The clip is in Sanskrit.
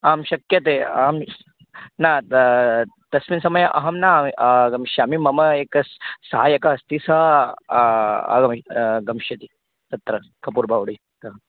आं शक्यते आं न त तस्मिन् समये अहं न आगमिष्यामि मम एकः सहायकः अस्ति स आगामि गमिष्यति तत्र कपुर्बावडितः